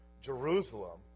Jerusalem